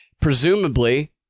presumably